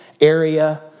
area